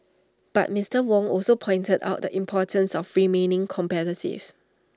but Mister Wong also pointed out the importance of remaining competitive